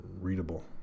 readable